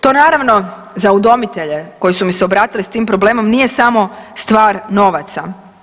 To naravno, za udomitelje koji su mi se obratili s tim problemom nije samo stvar novaca.